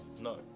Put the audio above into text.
No